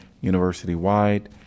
university-wide